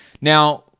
Now